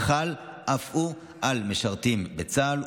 חל אף הוא על משרתים בצה"ל,